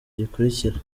gikurikira